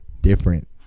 different